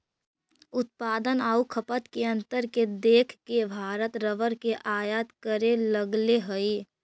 उत्पादन आउ खपत के अंतर के देख के भारत रबर के आयात करे लगले हइ